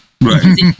Right